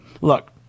Look